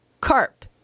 CARP